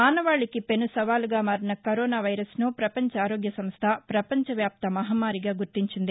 మానవాళికి పెనుసవాలుగా మారిన కరోనా వైరస్ను ప్రపంచ ఆరోగ్య సంస్ల ప్రపంచ వ్యాప్త మహమ్నారిగా గుర్తించింది